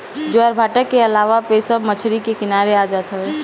ज्वारभाटा के अवला पे सब मछरी के किनारे आ जात हवे